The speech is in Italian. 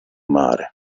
mare